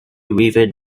river